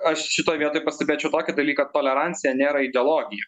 aš šitoj vietoj pastebėčiau tokį dalyką tolerancija nėra ideologija